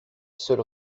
seul